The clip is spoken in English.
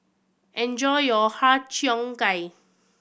enjoy your Har Cheong Gai